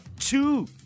two